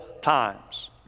times